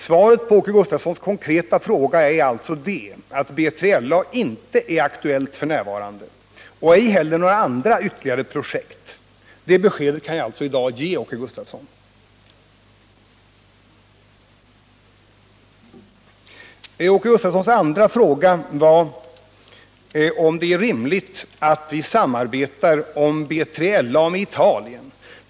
Svaret på Åke Gustavssons konkreta fråga är alltså att BILA inte är aktuellt f.n. och inte heller några andra ytterligare projekt. Det beskedet kan jag alltså i dag ge Åke Gustavsson. Åke Gustavssons andra fråga gällde om det är rimligt att vi samarbetar om B3LA med Italien.